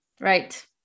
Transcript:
Right